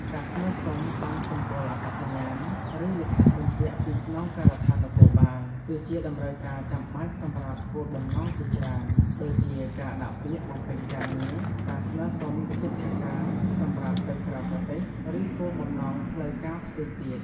ការស្នើសុំ ប័ណ្ណសម្គាល់អត្តសញ្ញាណ ឬលិខិតបញ្ជាក់ពីស្នងការដ្ឋាននគរបាល គឺជាតម្រូវការចាំបាច់សម្រាប់គោលបំណងជាច្រើន ដូចជាការដាក់ពាក្យបំពេញការងារ ការស្នើសុំទិដ្ឋាការ សម្រាប់ទៅក្រៅប្រទេស ឬគោលបំណងផ្លូវការផ្សេងទៀត។